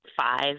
five